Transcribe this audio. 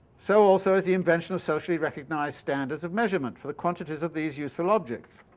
so also is the invention of socially recognized standards of measurement for the quantities of these useful objects.